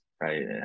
right